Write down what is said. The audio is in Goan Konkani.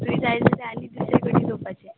तूं जाय जाल्यार आनी घेवपाचें